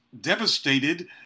devastated